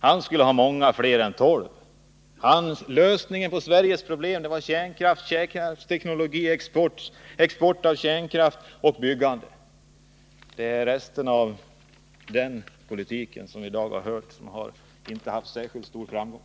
Han skulle ha betydligt fler reaktorer än 12. Lösningen på Sveriges problem var kärnkraftsteknologi, export av kärnkraft och byggande av kärnkraftverk. Den politiken har inte haft särskilt stor framgång.